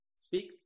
Speak